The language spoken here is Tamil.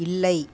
இல்லை